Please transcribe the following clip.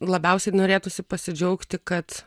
labiausiai norėtųsi pasidžiaugti kad